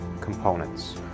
components